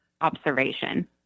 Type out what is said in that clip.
observation